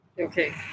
Okay